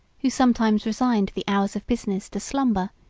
who sometimes resigned the hours of business to slumber,